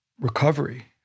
recovery